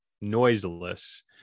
noiseless